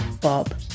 Bob